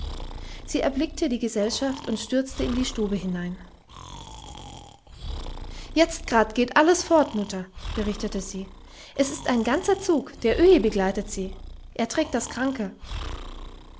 sie erblickte die gesellschaft und stürzte in die stube hinein jetzt grad geht alles fort mutter berichtete sie es ist ein ganzer zug der öhi begleitet sie er trägt das kranke